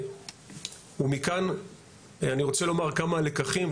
ומכאן אני רוצה לומר כמה לקחים,